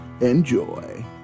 Enjoy